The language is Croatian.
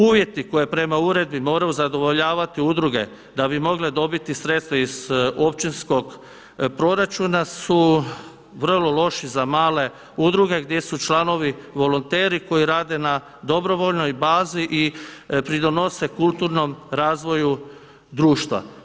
Uvjeti koje prema uredbi moraju zadovoljavati udruge da bi mogle dobiti sredstva iz općinskog proračuna su vrlo loši za male udruge gdje su članovi volonteri koji rade na dobrovoljnoj bazi i pridonose kulturnom razvoju društva.